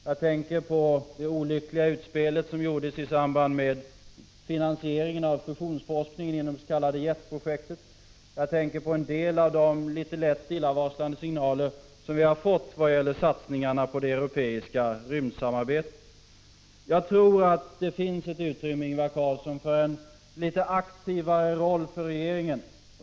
Jag tänker på det olyckliga utspel som gjordes i samband med finansieringen av fusionsforskningen inom det s.k. JET-projektet och en del av de lätt illavarslande signaler som vi har fått vad gäller satsningarna på det europeiska rymdsamarbetet. Jag tror, Ingvar Carlsson, att det finns utrymme för en aktivare roll för regeringen.